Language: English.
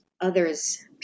others